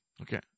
Okay